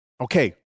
Okay